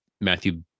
matthew